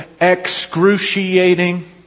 excruciating